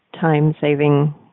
time-saving